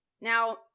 Now